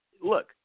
look